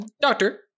Doctor